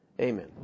Amen